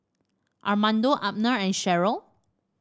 Armando Abner and Cheryll